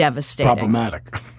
Problematic